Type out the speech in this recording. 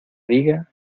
diga